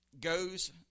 goes